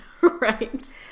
Right